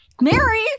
Mary